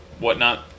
whatnot